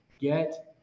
Get